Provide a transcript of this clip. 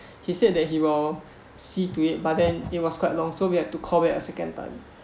he said that he will see to it but then it was quite long so we had to call back a second time